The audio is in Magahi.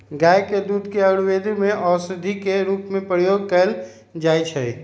गाय के दूध के आयुर्वेद में औषधि के रूप में प्रयोग कएल जाइ छइ